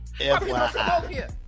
FYI